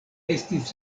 estis